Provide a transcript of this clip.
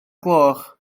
gloch